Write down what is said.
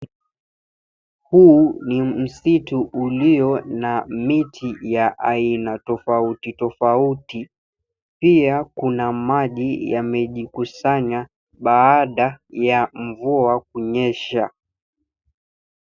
Huu ni msitu ulio na miti ya aina tofauti tofauti. Pia kuna maji yamejikusanya baada ya mvua kunyesha.